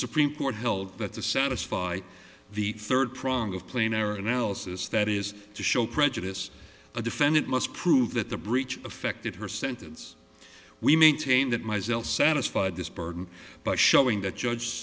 supreme court held that the satisfy the third prong of plain error analysis that is to show prejudice a defendant must prove that the breach affected her sentence we maintain that myself satisfied this burden by showing that judge